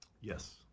Yes